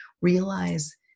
realize